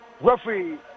Referee